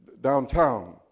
downtown